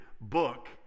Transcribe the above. book